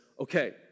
okay